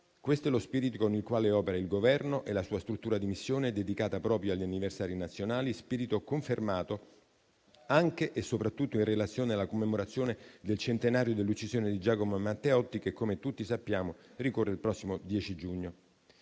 Questo è lo spirito con il quale operano il Governo e la sua struttura di missione, dedicata proprio agli anniversari nazionali; spirito confermato anche e soprattutto in relazione alla commemorazione del centenario dell'uccisione di Giacomo Matteotti, che, come tutti sappiamo, ricorre il prossimo 10 giugno.